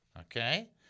Okay